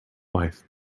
life